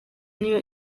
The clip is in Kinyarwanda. niyo